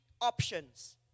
options